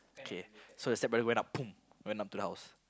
okay so the stepbrother went up went up to the house